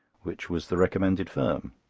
which was the recommended firm.